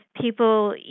people